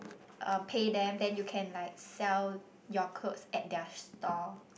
uh pay them then you can like sell your clothes at their store